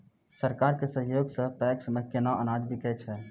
सरकार के सहयोग सऽ पैक्स मे केना अनाज बिकै छै?